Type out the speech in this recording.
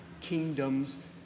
kingdoms